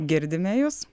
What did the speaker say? girdime jus